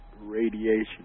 radiation